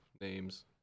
names